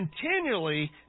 continually